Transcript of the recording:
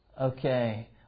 Okay